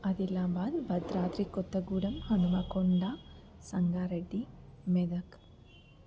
Adilabad Bhadradri Kothagudem Hanumakonda Sangareddy Medak